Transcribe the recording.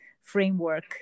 framework